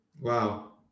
Wow